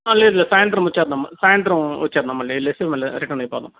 లేదులేదు సాయంత్రం వచ్చేదాము సాయంత్రం వచ్చేదాము మళ్ళీ వెళ్ళేసి మళ్ళీ రిటర్న్ అయిపోదాము